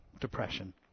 depression